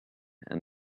and